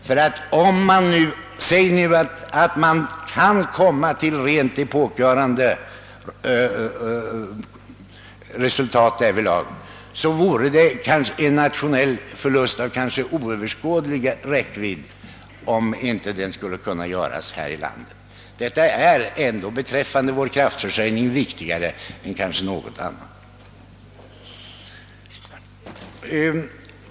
Antag att man med denna forskning kan komma till rent epokgörande resultat! Det vore då en nationell förlust av oöverskådlig räckvidd om de resultaten inte uppnåddes här i landet. Detta är ändå viktigare för vår kraftförsörjning än kanske något annat.